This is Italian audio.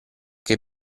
che